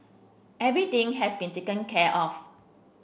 everything has been taken care of